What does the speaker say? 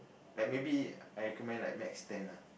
like maybe I recommend like max ten lah